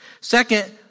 Second